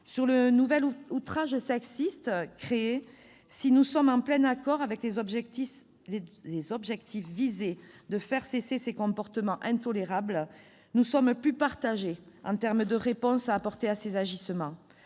Sur le nouvel outrage sexiste, si nous sommes en plein accord avec l'objectif de faire cesser ces comportements intolérables, nous sommes plus partagés sur les réponses à apporter à ces agissements.